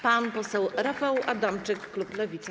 Pan poseł Rafał Adamczyk, klub Lewica.